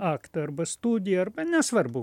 aktą arba studiją arba nesvarbu